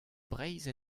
breizh